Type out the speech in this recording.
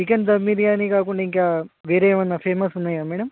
chicken dum biryani కాకుండా ఇంకా వేరే ఏమన్నా ఫేమస్ ఉన్నయా మేడమ్